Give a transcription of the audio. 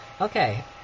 Okay